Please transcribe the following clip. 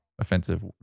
offensive